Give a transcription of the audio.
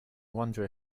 wonder